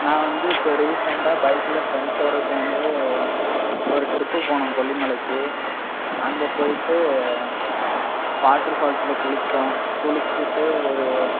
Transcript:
நான் வந்து இப்போ ரீசெண்ட்டாக பைக்ல ஃப்ரெண்ட்ஸோட சேர்ந்து ஒரு ட்ரிப்பு போனோம் கொல்லிமலைக்கு அங்கே போய்ட்டு வாட்ரு ஃபால்ஸ்ல குளிச்சோம் குளிச்சிட்டு ஒரு